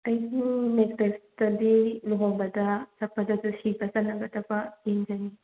ꯑꯩꯒꯤ ꯅꯦꯛꯀ꯭ꯂꯦꯁꯇꯗꯤ ꯂꯨꯍꯣꯡꯕꯗ ꯆꯠꯄꯗꯁꯨ ꯁꯤꯕ ꯆꯟꯅꯒꯗꯕ ꯌꯦꯡꯖꯅꯤꯡꯉꯤ